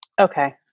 Okay